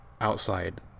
outside